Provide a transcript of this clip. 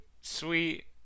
sweet